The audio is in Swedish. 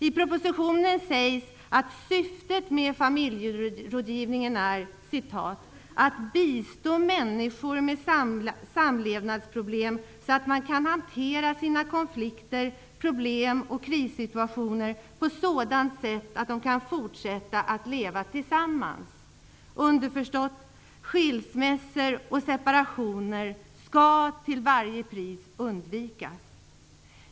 I propositionen sägs att syftet med familjerådgivningen är att bistå människor med samlevnadsproblem så att man kan hantera sina konflikter, problem och krissituationer på sådant sätt att de kan fortsätta att leva tillsammans. Det är underförstått att skilsmässor och separationer till varje pris skall undvikas.